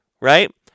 right